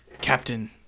Captain